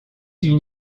une